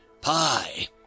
Pie